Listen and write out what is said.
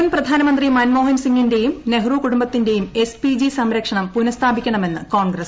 മുൻ പ്രധാനമന്ത്രി മൻമോഹൻസിംഗിന്റെയും നെഹ്റു കുടുംബത്തിന്റെയും എസ് പി ജി സംരക്ഷണം പുനസ്ഥാപിക്കണമെന്ന് കോൺഗ്രസ്